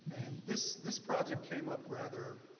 this this project came up rather